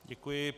Děkuji.